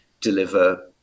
deliver